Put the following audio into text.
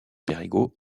perregaux